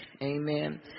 Amen